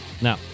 Now